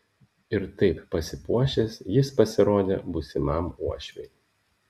ir taip pasipuošęs jis pasirodė būsimam uošviui